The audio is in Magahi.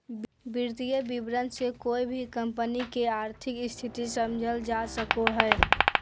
वित्तीय विवरण से कोय भी कम्पनी के आर्थिक स्थिति समझल जा सको हय